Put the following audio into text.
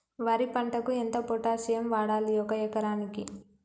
వరి పంటకు ఎంత పొటాషియం వాడాలి ఒక ఎకరానికి?